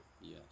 Yes